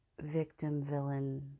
victim-villain